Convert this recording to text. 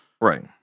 Right